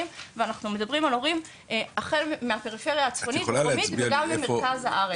ואנחנו מדברים על הורים החל מהפריפריה הצפונית ועד למרכז הארץ.